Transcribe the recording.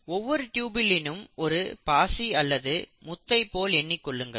ஒவ்வொரு டியுபுலினயும் ஒரு பாசி அல்லது முத்தைப் போன்று எண்ணிக்கொள்ளுங்கள்